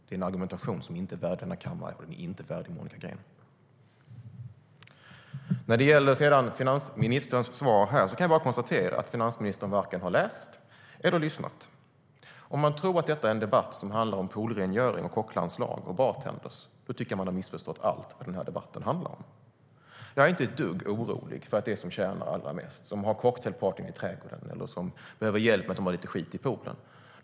Det är en argumentation som inte är värdig denna kammare och inte är värdig Monica Green.När det gäller finansministerns svar kan jag konstatera att hon varken läst eller lyssnat. Om man tror att detta är en debatt som handlar om poolrengöring, kocklandslag och bartendrar har man missförstått allt vad debatten handlar om. Jag är inte ett dugg orolig för dem som tjänar allra mest, som har cocktailpartyn i trädgården eller som behöver hjälp med lite skit i poolen.